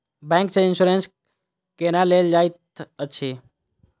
bank सँ insurance केना लेल जाइत अछि